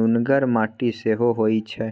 नुनगर माटि सेहो होइ छै